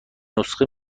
نسخه